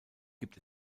gibt